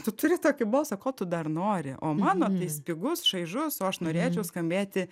tu turi tokį balsą ko tu dar nori o mano tai spigus šaižus o aš norėčiau skambėti